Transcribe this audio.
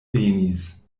venis